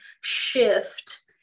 shift